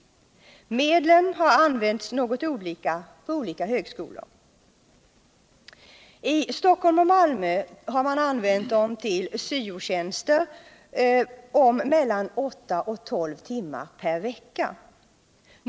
Medlen har använts något olika på olika högskolor. I Stockholm och Malmö har man använt dem till svo-tjänster om mellan 8 och 12 timmar per vecka.